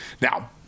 Now